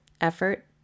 effort